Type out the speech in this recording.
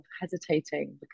hesitating